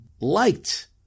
liked